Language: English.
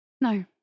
No